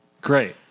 Great